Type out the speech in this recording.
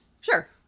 Sure